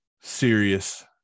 serious